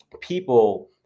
people